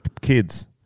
Kids